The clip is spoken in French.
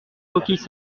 coquilles